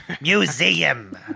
Museum